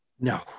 no